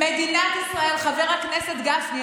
חבר הכנסת גפני,